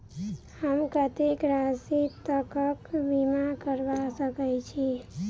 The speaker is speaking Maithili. हम कत्तेक राशि तकक बीमा करबा सकैत छी?